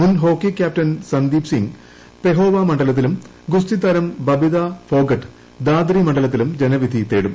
മുൻ hockey captain Sandeep Singh Pehowa മ്ൻ്ഡ്ലത്തിലും ഗുസ്തി താരം ബബിതാ ഫോഗട്ട് ദാദ്രി മണ്ഡലത്തിലും ജനവിധി തേടും